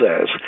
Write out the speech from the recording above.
says